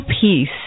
peace